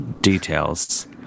details